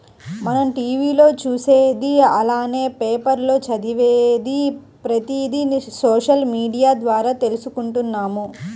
మనం టీవీ లో చూసేది అలానే పేపర్ లో చదివేది ప్రతిది సోషల్ మీడియా ద్వారా తీసుకుంటున్నాము